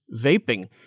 vaping